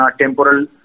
temporal